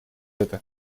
это